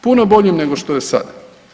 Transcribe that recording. Puno boljim nego što je sada.